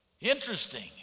Interesting